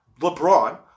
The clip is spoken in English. LeBron